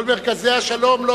כל מרכזי השלום,